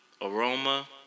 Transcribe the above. aroma